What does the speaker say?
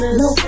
no